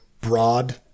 broad